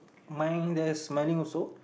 mind that's many a shop